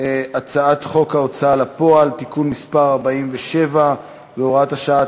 הצעת חוק ההוצאה לפועל (תיקון מס' 47 והוראת שעה),